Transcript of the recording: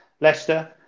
Leicester